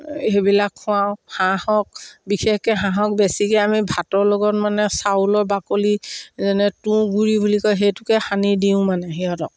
সেইবিলাক খোৱাওঁ হাঁহক বিশেষকৈ হাঁহক বেছিকৈ আমি ভাতৰ লগত মানে চাউলৰ বাকলি যেনে তুঁহগুৰি বুলি কয় সেইটোকে সানি দিওঁ মানে সিহঁতক